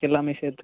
எல்லாமே சேர்த்து